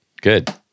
good